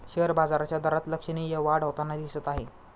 share बाजाराच्या दरात लक्षणीय वाढ होताना दिसत आहे